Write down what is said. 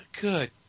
Good